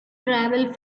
travel